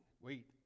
wait